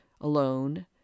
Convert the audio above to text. alone